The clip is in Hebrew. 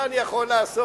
מה לעשות,